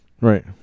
Right